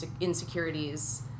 insecurities